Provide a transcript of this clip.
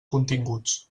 continguts